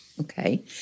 Okay